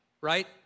right